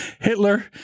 Hitler